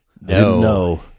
No